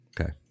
Okay